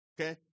Okay